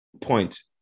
point